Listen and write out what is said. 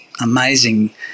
amazing